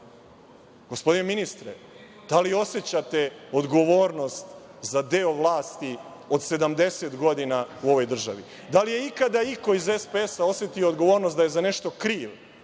Gospodine ministre, da li osećate odgovornost za deo vlasti od 70 godina u ovoj državi? Da li je ikada iko iz SPS osetio odgovornost da je za nešto kriv,